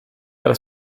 era